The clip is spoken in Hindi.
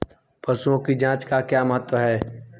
पशुओं की जांच का क्या महत्व है?